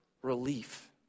Relief